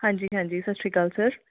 ਹਾਂਜੀ ਹਾਂਜੀ ਸਤਿ ਸ਼੍ਰੀ ਅਕਾਲ ਸਰ